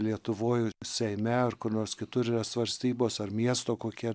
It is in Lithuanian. lietuvoj seime ar kur nors kitur yra svarstybos ar miesto kokie